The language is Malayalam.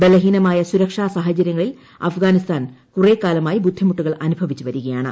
ബലഹീനമായ സുരക്ഷാ സാഹചരൃങ്ങളിൽ അഫ്ഗാനിസ്ഥാൻ കുറേ കാലമായി ബുദ്ധിമുട്ടുകൾ അനുഭവിച്ചു വരികയായിരുന്നു